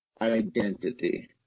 identity